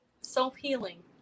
Self-healing